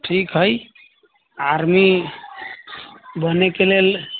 ठीक हय आर्मी बनै के लेल